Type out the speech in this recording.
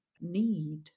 need